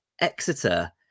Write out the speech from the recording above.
Exeter